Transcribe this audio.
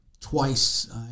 twice